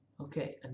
okay